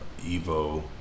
Evo